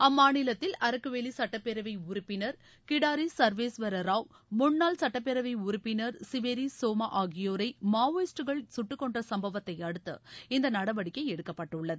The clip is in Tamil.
அம்மாநிலத்தில் அரக்குவேலி சுட்டப்பேரவை உறுப்பினர் கிடாரி சர்வேஸ்வர ராவ் முன்னாள் சுட்டப்பேரவை உறுப்பினர் சிவேரி சோமா ஆகியோரை மாவோயிஸ்டுகள் கட்டுக்கொன்ற சம்பவத்தை அடுத்து இந்த நடவடிக்கை எடுக்கப்பட்டுள்ளது